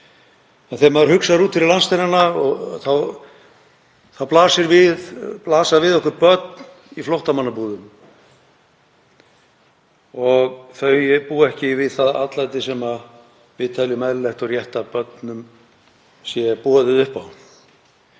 Þegar maður hugsar út fyrir landsteinana blasa við okkur börn í flóttamannabúðum og þau búa ekki við það atlæti sem við teljum eðlilegt og rétt að börnum sé boðið upp á.